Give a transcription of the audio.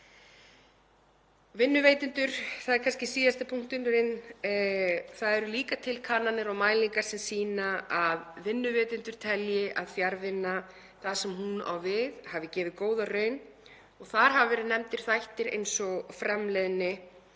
Vinnuveitendur — það er kannski síðasti punkturinn en það eru líka til kannanir og mælingar sem sýna að vinnuveitendur telja að fjarvinna, þar sem hún á við, hafi gefið góða raun. Þar hafa verið nefndir þættir eins og framleiðni,